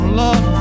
love